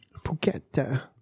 Phuket